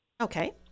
Okay